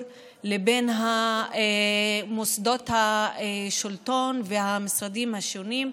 לבין מוסדות השלטון והמשרדים השונים,